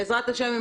בעזרת השם,